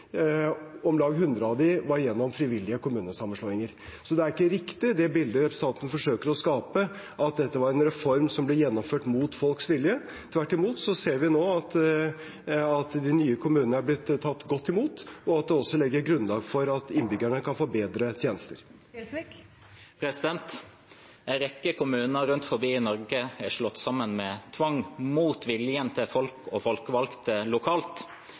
Om lag 100 av dem var gjennom frivillige kommunesammenslåinger. Så det bildet som representanten forsøker å skape, at dette var en reform som ble gjennomført mot folks vilje, er ikke riktig. Tvert imot ser vi nå at de nye kommunene har blitt tatt godt imot, og at de legger et grunnlag for at innbyggerne kan få bedre tjenester. Sigbjørn Gjelsvik – til oppfølgingsspørsmål. En rekke kommuner rundt omkring i Norge er slått sammen med tvang, mot viljen til folk og folkevalgte lokalt.